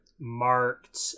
marked